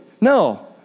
no